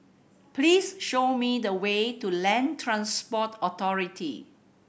please show me the way to Land Transport Authority